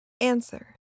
Answer